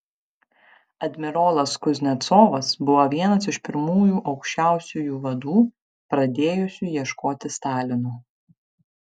admirolas kuznecovas buvo vienas iš pirmųjų aukščiausiųjų vadų pradėjusių ieškoti stalino